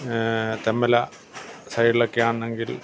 തെന്മല സൈഡിൽ ഒക്കെ ആണെങ്കിൽ